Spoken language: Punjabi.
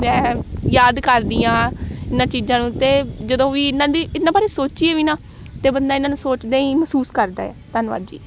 ਮੈਂ ਯਾਦ ਕਰਦੀ ਹਾਂ ਇਹਨਾਂ ਚੀਜ਼ਾਂ ਨੂੰ ਅਤੇ ਜਦੋਂ ਵੀ ਇਹਨਾਂ ਦੀ ਇਹਨਾਂ ਬਾਰੇ ਸੋਚੀਏ ਵੀ ਨਾ ਤਾਂ ਬੰਦਾ ਇਹਨਾਂ ਨੂੰ ਸੋਚਦੇ ਹੀ ਮਹਿਸੂਸ ਕਰਦਾ ਹੈ ਧੰਨਵਾਦ ਜੀ